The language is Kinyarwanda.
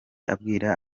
abwira